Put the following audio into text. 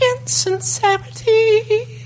insincerity